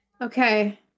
okay